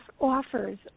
offers